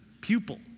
pupil